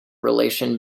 relation